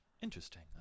interesting